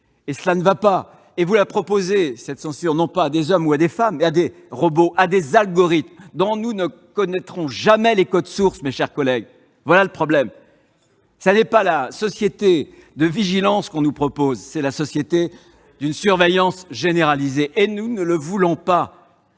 cette faculté de censure serait concédée non pas à des hommes ou à des femmes, mais à des robots, à des algorithmes dont nous ne connaîtrons jamais les codes sources, mes chers collègues. Voilà le problème ! Ce n'est pas une société de vigilance qu'on nous propose, c'est une société d'une surveillance généralisée. Nous ne le voulons pas.